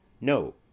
no